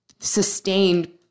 sustained